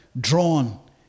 drawn